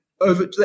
over